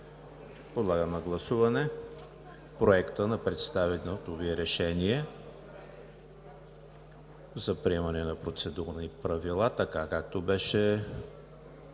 Подлагам на гласуване Проекта на представеното Ви решение за приемане на Процедурни правила, така както беше